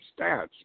stats